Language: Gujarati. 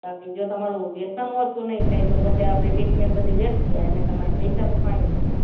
બાકી જો તમારું વ્યસન ઓછું નહીં થાય તો પછી આપણી ટ્રીટમેન્ટ બધી વ્યર્થ જાય ને તમારા પૈસા પણ પાણીમાં જાય